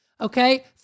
Okay